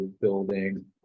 building